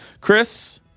Chris